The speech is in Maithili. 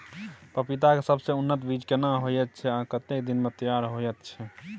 पपीता के सबसे उन्नत बीज केना होयत छै, आ कतेक दिन में तैयार होयत छै?